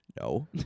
no